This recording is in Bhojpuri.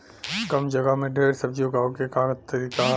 कम जगह में ढेर सब्जी उगावे क का तरीका ह?